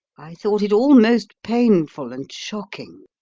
i thought it all most painful and shocking.